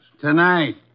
Tonight